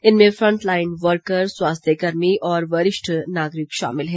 इनमें frontline worker स्वास्थ्य कर्मी और वरिष्ठ नागरिक शामिल हैं